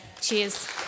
Cheers